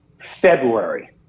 February